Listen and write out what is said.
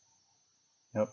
yup